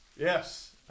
yes